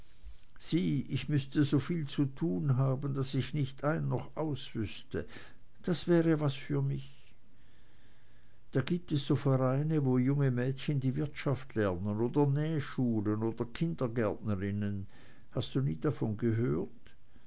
ich müßte so viel zu tun haben daß ich nicht ein noch aus wüßte das wäre was für mich da gibt es so vereine wo junge mädchen die wirtschaft lernen oder nähschulen oder kindergärtnerinnen hast du nie davon gehört